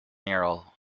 merrill